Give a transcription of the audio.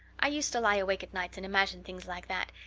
i used to lie awake at nights and imagine things like that,